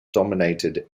dominated